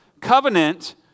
covenant